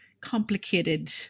complicated